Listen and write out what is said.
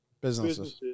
Businesses